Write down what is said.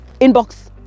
Inbox